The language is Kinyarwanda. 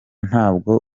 ntabwo